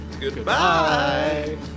Goodbye